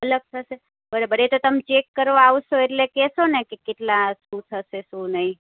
અલગ થશે બરાબર એ તો તમે ચેક કરવા આવશો એટલે કહેશો ને કે કેટલા શું થશે શું નહીં